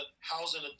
Housing